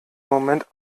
moment